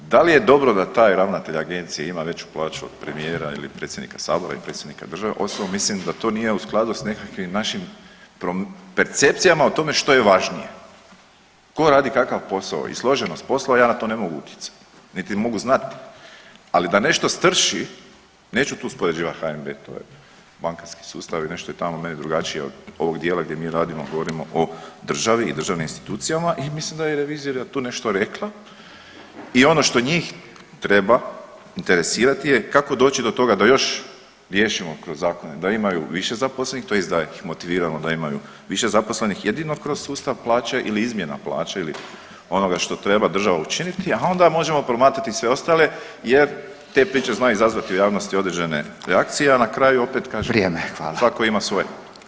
Da li je dobro da taj ravnatelj agencije ima veću plaću od premijera ili predsjednika sabora i predsjednika države osobno mislim da to nije u skladu s nekakvim našim percepcijama o tome što je važnije, ko radi kakav posao i složenost posla ja na to mogu utjecati, niti mogu znat, ali da nešto strši, neću tu uspoređivat HNB, to je bankarski sustav i nešto je tamo meni drugačije od ovog dijela gdje mi radimo, govorimo o državi i državnim institucijama i mislim da je i revizija tu nešto rekla i ono što njih treba interesirati je kako doći do toga da još riješimo kroz zakona da imaju više zaposlenih tj. da ih motiviramo da imaju više zaposlenih, jedino kroz sustav plaće ili izmjena plaće ili onoga što treba država učiniti, a onda možemo promatrati sve ostale jer te priče znaju izazvati u javnosti određene reakcije, a na kraju opet kažem svako ima svoje.